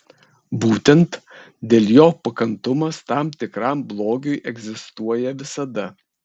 būtent dėl jo pakantumas tam tikram blogiui egzistuoja visada